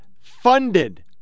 funded